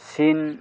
China